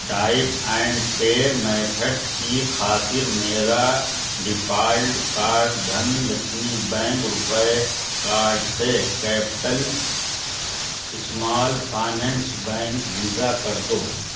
type and pay method کی خاطر میرا default card Dhan Lakshmi bank RuPay card سے capital small finance bank Visa کر دو